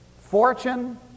fortune